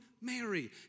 Mary